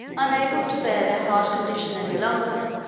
unable to bear their hard condition any longer,